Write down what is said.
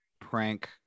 prank